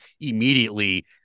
immediately